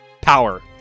power